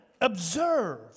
Observe